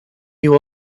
you